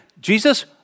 Jesus